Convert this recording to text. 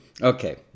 Okay